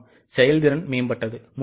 ஆம் செயல்திறன் மேம்பட்டது